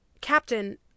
Captain